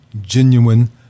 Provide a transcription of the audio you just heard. genuine